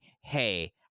hey